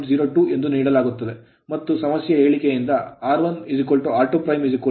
02 ಎಂದು ನೀಡಲಾಗುತ್ತದೆ ಮತ್ತು ಸಮಸ್ಯೆಯ ಹೇಳಿಕೆಯಿಂದ r1r2 0